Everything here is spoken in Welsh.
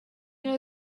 nhw